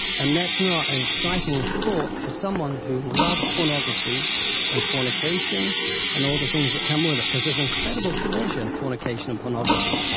and that's not an exciting thought for someone who loves pornography and fornication and all the things that come with it, cause there's incredible pleasure in fornication and pornography.